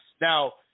Now